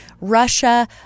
Russia